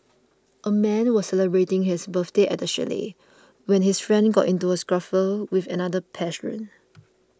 a man was celebrating his birthday at a chalet when his friends got into a scuffle with another patron